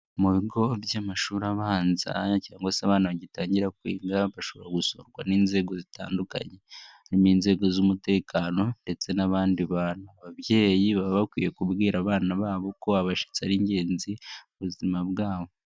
Mu bigo by'amashuri abanza cyangwa se abana bagitangira kwiga, bashobora gusurwa n'inzego zitandukanye. Harimo inzego z'umutekano ndetse n'abandi bantu ababyeyi baba bakwiye kubwira abana babo ko abashyitsi ari ingenzi buzima bwabo.